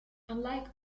unlike